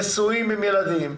נשואים עם ילדים,